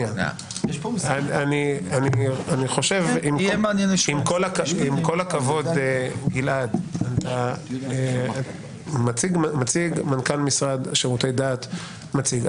עם כל הכבוד, גלעד, מנכ"ל משרד שירותי דת מציג.